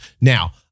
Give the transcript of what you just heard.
Now